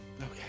Okay